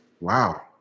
Wow